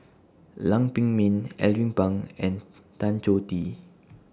Lam Pin Min Alvin Pang and Tan Choh Tee